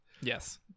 Yes